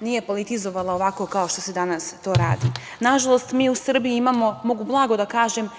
nije politizovala ovako kao što se danas to radi. Nažalost, mi u Srbiji imamo, mogu blago da kažem,